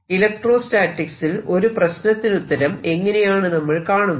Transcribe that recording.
ഇലക്ട്രോസ്റ്റാറ്റിക്സിൽ ഒരു പ്രശ്നത്തിനുത്തരം എങ്ങനെയാണ് നമ്മൾ കാണുന്നത്